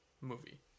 movie